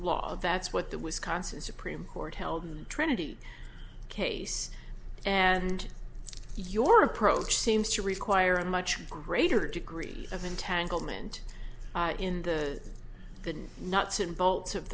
law that's what the wisconsin supreme court held in the trinity case and your approach seems to require a much greater degree of entanglement in the than nuts and bolts of